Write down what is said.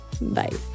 Bye